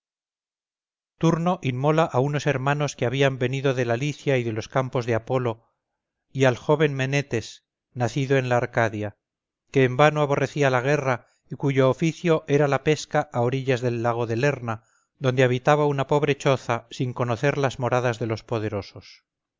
turno inmola a unos hermanos que habían venido de la licia y de los campos de apolo y al joven menetes nacido en la arcadia que en vano aborrecía la guerra y cuyo oficio era la pesca a orillas del lago de lerna donde habitaba una pobre choza sin conocer las moradas de los poderosos